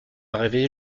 réveillé